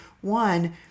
one